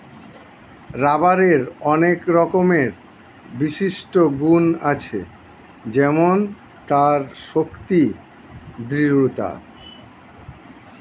রাবারের অনেক রকমের বিশিষ্ট গুন্ আছে যেমন তার শক্তি, দৃঢ়তা